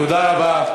תודה רבה.